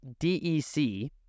dec